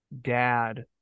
dad